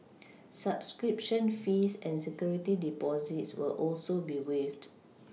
subscription fees and security Deposits will also be waived